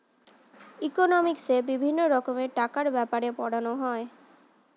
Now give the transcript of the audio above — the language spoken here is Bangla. ইকোনমিক্সে বিভিন্ন রকমের টাকার ব্যাপারে পড়ানো হয়